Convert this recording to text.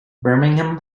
birmingham